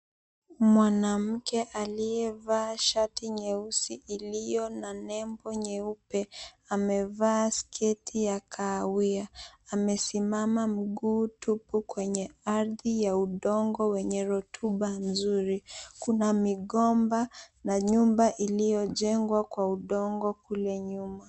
Mwanamke aliyevaa shati nyeusi iliyo na nembo nyeupe amevaa sketi ya kahawia. Amesimama mguu tupu kwenye ardhi ya udongo wenye rotuba nzuri. Kuna migomba na nyumba iliyojengwa kwa udongo kule nyuma.